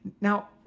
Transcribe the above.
Now